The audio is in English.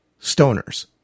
stoners